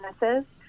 businesses